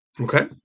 Okay